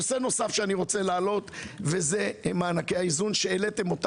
נושא נוסף שאני רוצה להעלות זה מענקי האיזון שהעליתם.